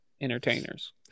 entertainers